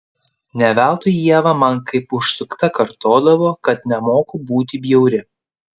ne veltui ieva man kaip užsukta kartodavo kad nemoku būti bjauri